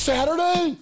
Saturday